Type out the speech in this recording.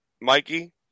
Mikey